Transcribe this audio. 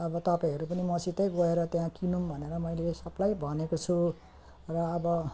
अब तपाईँहरू पनि मसितै गएर त्यहाँ किनौँ भनेर मैले सबलाई भनेको छु र अब